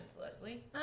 Leslie